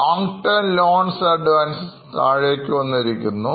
Long term loans and advances താഴേക്കു വന്നു